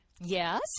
Yes